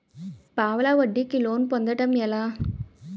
పావలా వడ్డీ కి లోన్ పొందటం ఎలా?